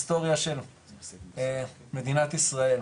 היסטוריה של מדינת ישראל.